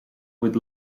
with